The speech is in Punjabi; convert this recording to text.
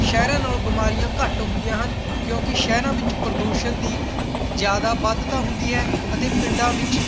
ਸ਼ਹਿਰਾਂ ਨਾਲੋਂ ਬਿਮਾਰੀਆਂ ਘੱਟ ਹੁੰਦੀਆਂ ਹਨ ਕਿਉਂਕਿ ਸ਼ਹਿਰਾਂ ਵਿੱਚ ਪ੍ਰਦੂਸ਼ਣ ਦੀ ਜ਼ਿਆਦਾ ਵੱਧਤਾ ਹੁੰਦੀ ਹੈ ਅਤੇ ਪਿੰਡਾਂ ਵਿੱਚ